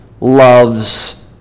loves